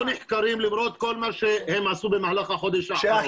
לא נחקרים למרות כל מה שהם עשו בחודש האחרון.